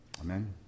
Amen